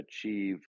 achieve